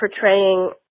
portraying